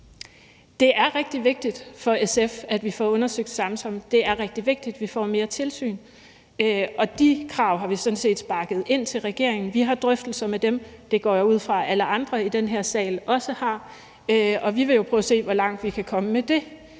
det er rigtig vigtigt for SF, at vi får undersøgt Samsamsagen. Det er rigtig vigtigt, at vi får mere tilsyn. De krav har vi sådan set sparket ind til regeringen. Vi har drøftelser med dem. Det går jeg ud fra at alle andre i den her sal også har. Og vi vil jo prøve at se, hvor langt vi kan komme med det.